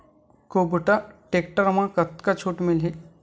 कुबटा टेक्टर म कतका छूट मिलही?